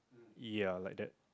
ya like that